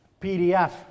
PDF